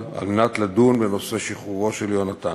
על מנת לדון בנושא שחרורו של יונתן.